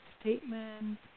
statement